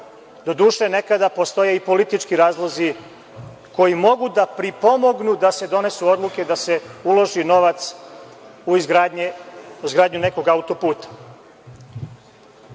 doduše nekada postoje i politički razlozi koji mogu da pripomognu da se donesu odluke da se uloži novac u izgradnju nekog autoputa.U